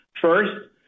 First